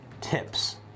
tips